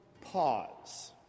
pause